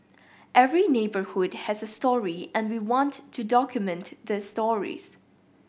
every neighbourhood has a story and we want to document the stories